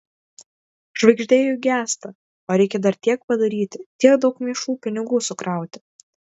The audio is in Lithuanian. žvaigždė juk gęsta o reikia dar tiek padaryti tiek daug maišų pinigų sukrauti